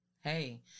Hey